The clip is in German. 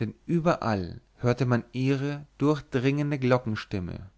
denn überall hörte man ihre durchdringende glockenstimme